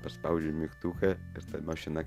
paspaudžiau mygtuką ir ta mašina